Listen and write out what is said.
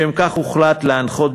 לשם כך הוחלט להנחות,